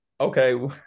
okay